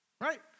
right